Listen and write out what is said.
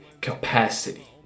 capacity